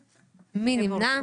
גם דיון מאוד מרגש.